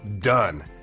done